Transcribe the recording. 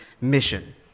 mission